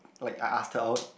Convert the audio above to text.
like I asked her out